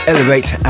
Elevate